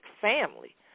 family